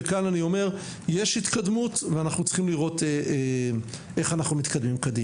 וכאן אני אומר: יש התקדמות ואנחנו צריכים לראות איך מתקדמים עוד.